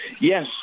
Yes